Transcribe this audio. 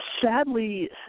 Sadly